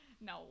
No